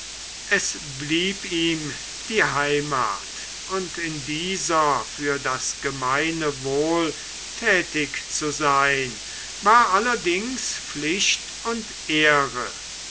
es blieb ihm die heimat und in dieser für das gemeine wohl tätig zu sein war allerdings pflicht und ehre